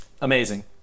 Amazing